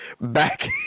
back